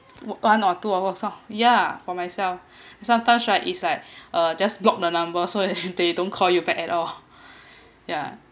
one or two hours lor ya for myself sometimes right it's like uh just block the number so that they don't call you back at all yeah